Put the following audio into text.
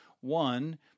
One